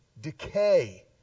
decay